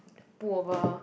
pullover